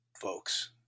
folks